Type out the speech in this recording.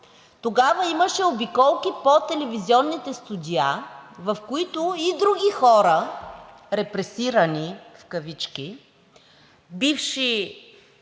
Тогава имаше обиколки по телевизионните студия, в които и други хора, репресирани в кавички, бивши